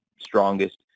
strongest